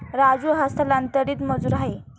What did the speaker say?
राजू हा स्थलांतरित मजूर आहे